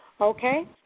Okay